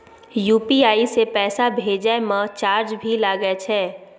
UPI से पैसा भेजै म चार्ज भी लागे छै?